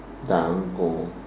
dango